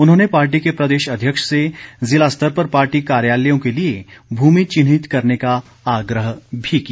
उन्होंने पार्टी के प्रदेश अध्यक्ष से जिला स्तर पर पार्टी कार्यालयों के लिए भूमि चिन्हित करने का आग्रह भी किया